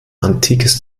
antikes